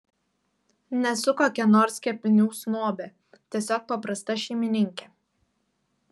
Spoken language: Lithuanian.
nesu kokia nors kepinių snobė tiesiog paprasta šeimininkė